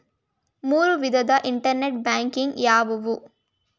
ಮೂರು ವಿಧದ internet banking ಯಾವುವು?